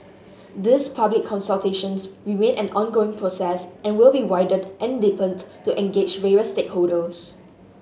these public consultations remain an ongoing process and will be widened and deepened to engage various stakeholders